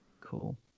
Cool